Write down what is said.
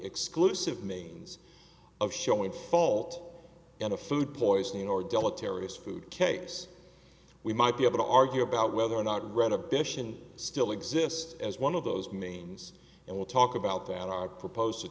exclusive manes of showing fault in a food poisoning or deleterious food case we might be able to argue about whether or not read of deshon still exist as one of those means and we'll talk about that i've proposed to